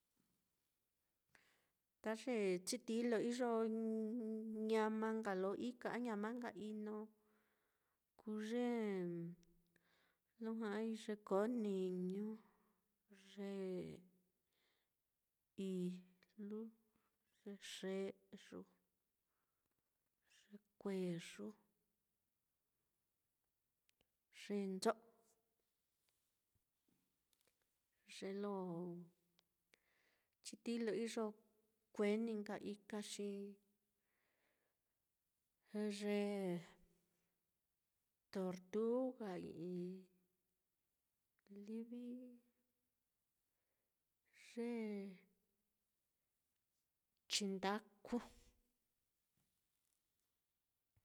Ta ye chitií lo iyo ñama nka lo ika a ñama nka ino kuu yee lo ja'ai lo ja'ai ye koo niñu, ye ijlu, ye xe'yu, ye kueyu, ye ncho', ye lo chitií lo iyo kueni nka ika xi ye tortuga i'i livi ye chindaku.